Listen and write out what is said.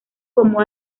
como